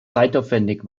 zeitaufwendig